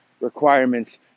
requirements